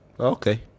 Okay